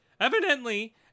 Evidently